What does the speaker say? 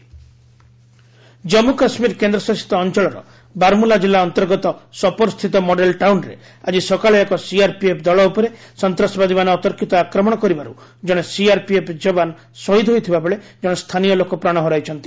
କେକେ terrorist Jammu Kashmir କେନ୍ଦ୍ର ଶାସିତ ଅଞ୍ଚଳର ବାରମୁଲା ଜିଲ୍ଲା ଅନ୍ତର୍ଗତ ସୋପୋର୍ ସ୍ଥିତ ମଡେଲ୍ ଟାଉନ୍ରେ ଆଜି ସକାଳେ ଏକ ସିଆର୍ପିଏଫ୍ ଦଳ ଉପରେ ସନ୍ତାସବାଦୀମାନେ ଅତର୍କିତ ଆକ୍ରମଣ କରିବାରୁ କଣେ ସିଆର୍ପିଏଫ୍ ଯବାନ ଶହୀଦ୍ ହୋଇଥିବାବେଳେ ଜଣେ ସ୍ଥାନୀୟ ଲୋକ ପ୍ରାଣ ହରାଇଛନ୍ତି